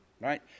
right